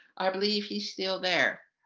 i believe he's still there.